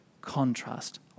contrast